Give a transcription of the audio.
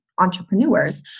entrepreneurs